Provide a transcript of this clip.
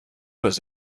was